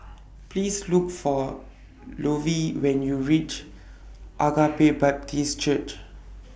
Please Look For Lovie when YOU REACH Agape Baptist Church